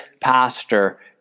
pastor